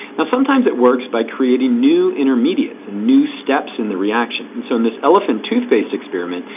now sometimes it works by creating new intermediates. and new steps in the reaction. and so in this elephant toothpaste experiment,